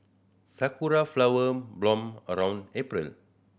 sakura flower bloom around April